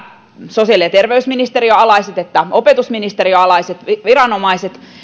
sosiaali ja terveysministeriön alaiset että opetusministeriön alaiset viranomaiset